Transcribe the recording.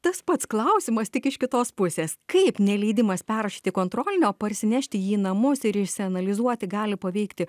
tas pats klausimas tik iš kitos pusės kaip neleidimas perrašyti kontrolinio parsinešti jį į namus ir išsianalizuoti gali paveikti